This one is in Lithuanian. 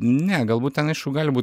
ne galbūt ten aišku gali būt